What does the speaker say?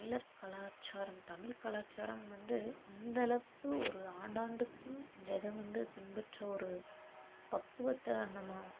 தமிழர் கலாச்சாரம் தமிழ் கலாச்சாரம் வந்து இந்தளவுக்கு ஒரு ஆண்டாண்டுக்கும் இந்த இதை வந்து பின்பற்ற ஒரு பக்குவத்தை நம்ம